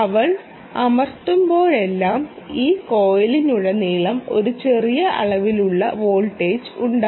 അവൾ അമർത്തുമ്പോഴെല്ലാം ഈ കോയിലിലുടനീളം ഒരു ചെറിയ അളവിലുള്ള വോൾട്ടേജ് ഉണ്ട്